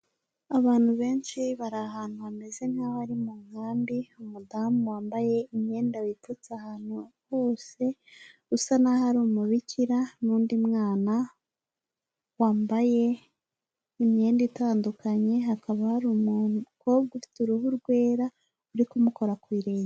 Abantu benshi bari ahantu hameze nk'aho ari mu nkambi umudamu wambaye imyenda wipfutse ahantu hose, usa naho ari umubikira n'undi mwana wambaye imyenda itandukanye, hakaba hari umukobwa ufite uruhu rwera uri kumukora ku.